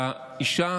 האישה,